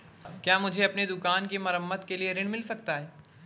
क्या मुझे अपनी दुकान की मरम्मत के लिए ऋण मिल सकता है?